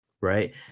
right